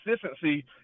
consistency